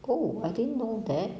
oh I didn't know that